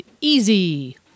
easy